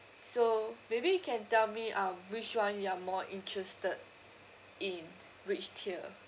so maybe you can tell me um which one you are more interested in which tier